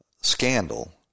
scandal